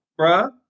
bruh